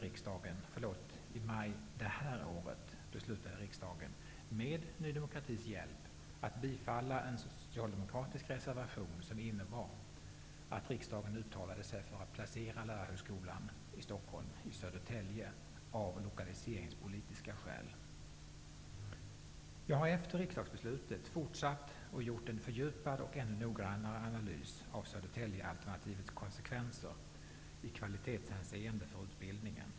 I maj detta året beslutade riksdagen med Ny demokratis hjälp att bifalla en socialdemokratisk reservation som innebar att riksdagen uttalade sig för att placera Lärarhögskolan i Stockholm i Jag har efter riksdagsbeslutet fortsatt och gjort en fördjupad och ännu noggrannare analys av Södertäljealternativets konsekvenser i kvalitetshänseende för utbildningen.